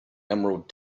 emerald